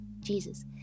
jesus